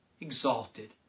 exalted